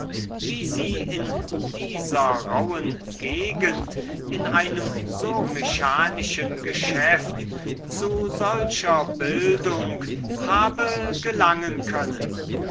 wie sie in dieser rauhen gegend bei einem so mechanischen geschäft zu solcher bildung habe gelangen können